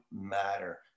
matter